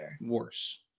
worse